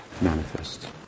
manifest